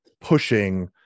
pushing